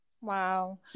Wow